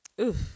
Oof